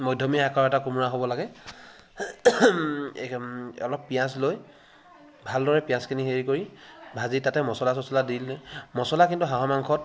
মধ্যমীয়া আকাৰৰ এটা কোমোৰা হ'ব লাগে অলপ পিঁয়াজ লৈ ভালদৰে পিঁয়াজখিনি হেৰি কৰি ভাজি তাতে মচলা চছলা দি লৈ মচলা কিন্তু হাঁহৰ মাংসত